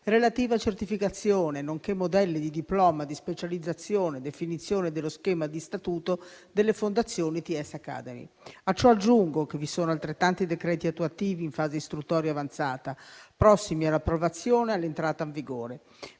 relativa certificazione, nonché modelli di diploma di specializzazione e definizione dello schema di statuto delle fondazioni ITS Academy. A ciò aggiungo che vi sono altrettanti decreti attuativi in fase di istruttoria avanzata, prossimi all'approvazione e all'entrata in vigore.